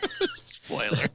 Spoiler